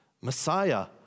Messiah